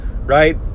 right